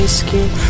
skin